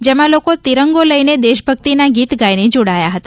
જેમાં લોકો તિરંગા લઈ ને દેશ ભક્તિ ના ગીત ગાઈ ને જોડાયા હતા